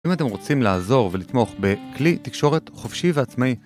אם אתם רוצים לעזור ולתמוך בכלי תקשורת חופשי ועצמאי